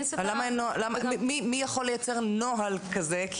מי יכול לייצר נוהל כזה?